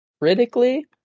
critically